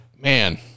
man